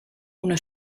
una